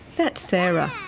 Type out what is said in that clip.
that's sarah.